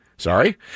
Sorry